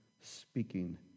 speaking